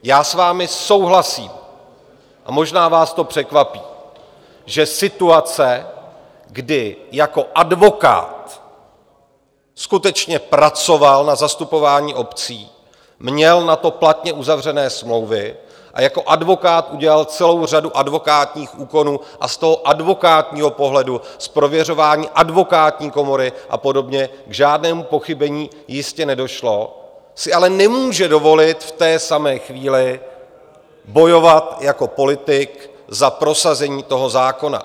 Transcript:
Já s vámi souhlasím, a možná vás to překvapí, že situace, kdy jako advokát skutečně pracoval na zastupování obcí, měl na to platně uzavřené smlouvy, jako advokát udělal celou řadu advokátních úkonů a z toho advokátního pohledu, z prověřování Advokátní komory a podobně, k žádnému pochybení jistě nedošlo, si ale nemůže dovolit v té samé chvíli bojovat jako politik za prosazení toho zákona.